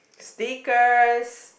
stickers